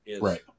Right